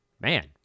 Man